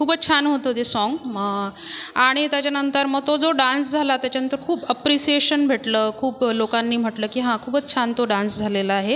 खूपच छान होतं ते साँग म आणि त्याच्यानंतर मग तो जो डान्स झाला त्याच्यानंतर खूप अप्रिसिएशन भेटलं खूप लोकांनी म्हटलं की हां खूपच छान तो डान्स झालेला आहे